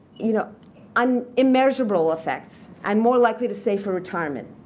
you know um immeasurable effects. and more likely to save for retirement.